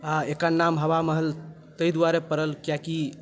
आ एकर नाम हवामहल ताहि दुआरे पड़ल कियाकि